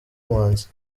manzi